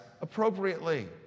appropriately